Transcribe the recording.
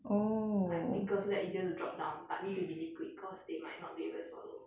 like thicker so that easier to drop down but need to be liquid cause they might not be able to swallow